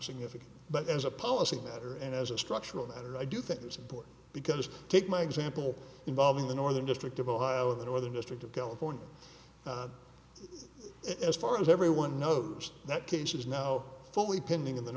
significant but as a policy matter and as a structural matter i do think it's important because just take my example involving the northern district of ohio the northern district of california as far as everyone knows that case is now fully pending in the